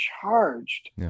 charged